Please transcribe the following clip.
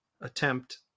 attempt